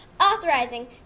authorizing